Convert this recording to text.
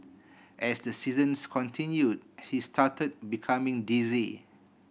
as the sessions continued he started becoming dizzy